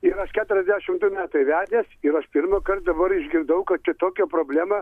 ir aš keturiasdešimt du metai vedęs ir aš pirmąkart dabar išgirdau kad čia tokia problema